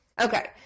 Okay